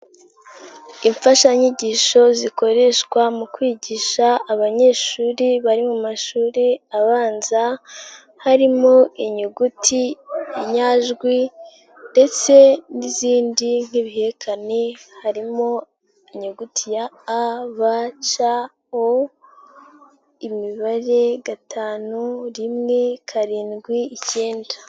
Imfashanyigisho zikoreshwa mu kwigisha abanyeshuri bari mu mashuri abanza harimo inyuguti, inyajwi ndetse n'izindi nk'ibihekane harimo inyuguti ya a, b, c, o imibare gatanu, rimwe, karindwi, ikenda.